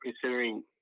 considering